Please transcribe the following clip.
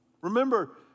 Remember